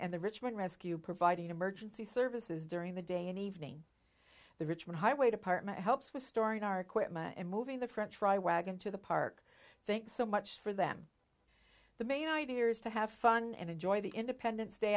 and the richmond rescue providing emergency services during the day and evening the richmond highway department helps restoring our equipment and moving the french fry wagon to the park thanks so much for them the main idea is to have fun and enjoy the independence day